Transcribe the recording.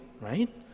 right